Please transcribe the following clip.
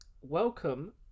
welcome